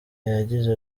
yagize